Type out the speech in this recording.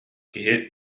киһи